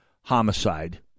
homicide